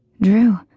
Drew